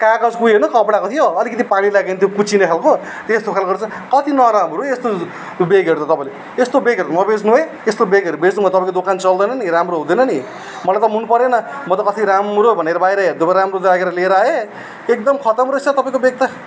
कागजको हैन कपडाको थियो अलकति पानी लाग्यो भने त्यो कुच्चिने खालको तेस्तो खाल्को रैछ कति नराम्रो एस्तो बेगहरू त तपाईँले एस्तो बेगहरू त नबेच्नु हैँ एस्तो बेगहरू बेच्नु भने तपाईँको दोकान चल्दैन नि राम्रो हुँदैन नि मलाई त मन परेन म त कति राम्रो भनेर बाहिर हेर्नुमा राम्रो लागेर लिएर आएँ एकदम खतम रैछ तपाईँको बेक त